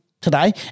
today